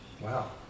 Wow